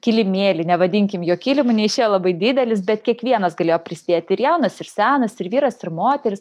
kilimėlį nevadinkim jo kilimu neišėjo labai didelis bet kiekvienas galėjo prisidėti ir jaunas ir senas ir vyras ir moteris